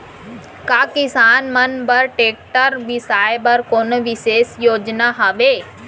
का किसान मन बर ट्रैक्टर बिसाय बर कोनो बिशेष योजना हवे?